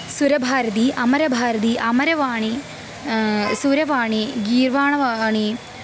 सुरभारती अमरभारती अमरवाणी सुरवाणी गीर्वाणवाणी